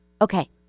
Okay